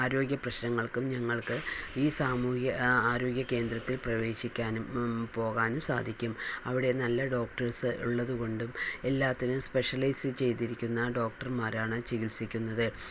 ആരോഗ്യപ്രശ്നങ്ങൾക്കും ഞങ്ങൾക്ക് ഈ സാമൂഹ്യ ആരോഗ്യകേന്ദ്രത്തിൽ പ്രവേശിക്കാനും പോകാനും സാധിക്കും അവിടെ നല്ല ഡോക്ടേഴ്സ് ഉള്ളതുകൊണ്ടും എല്ലാത്തിനും സ്പെഷലൈസ് ചെയ്തിരിക്കുന്ന ഡോക്ടർമാരാണ് ചികിത്സിക്കുന്നത്